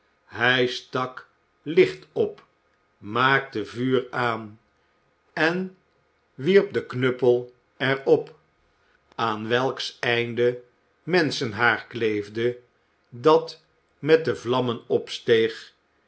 hij stak licht op maakte vuur aan en wierp den knuppel er op aan welks einde menschenhaar kleefde dat met de vlammen opsteeg